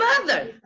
mother